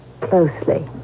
closely